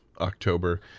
October